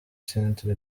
centre